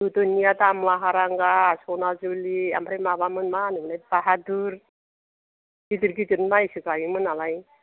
गोदोनिया दाम' हारांगा सनाजुलि ओमफ्राय माबामोन मा होनो मोनलाय बाहाधुर गिदिर गिदिर माइसो गायोमोन नालाय